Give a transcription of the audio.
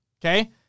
Okay